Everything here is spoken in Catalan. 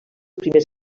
primers